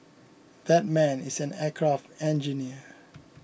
that man is an aircraft engineer